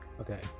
Okay